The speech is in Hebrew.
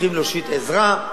צריך להושיט עזרה.